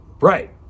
Right